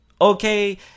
okay